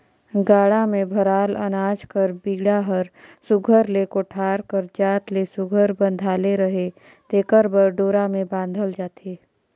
गाड़ा मे भराल अनाज कर बीड़ा हर सुग्घर ले कोठार कर जात ले सुघर बंधाले रहें तेकर बर डोरा मे बाधल जाथे